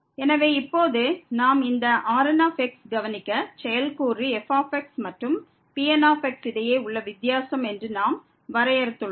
எனவே இப்போது நாம் இந்த Rnஐ கவனிக்க செயல்கூறு f மற்றும் Pnக்கு இடையே உள்ள வித்தியாசம் என்று நாம் வரையறுத்துள்ளோம்